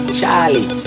Charlie